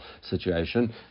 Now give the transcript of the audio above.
situation